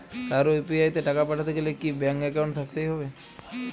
কারো ইউ.পি.আই তে টাকা পাঠাতে গেলে কি ব্যাংক একাউন্ট থাকতেই হবে?